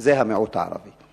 זה המיעוט הערבי.